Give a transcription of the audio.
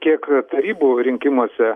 kiek tarybų rinkimuose